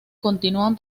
continúan